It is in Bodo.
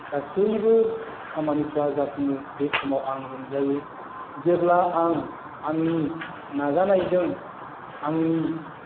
गासैबो खामानिफ्रा जाफुङो बे समाव आं रंजायो जेब्ला आं आंनि नाजानायजों आंनि